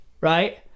right